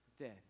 dead